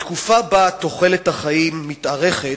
בתקופה שבה תוחלת החיים מתארכת,